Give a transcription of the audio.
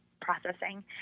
processing